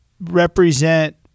represent